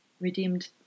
redeemed